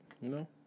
No